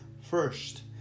first